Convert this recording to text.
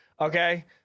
Okay